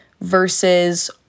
versus